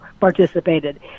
participated